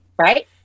right